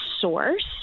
source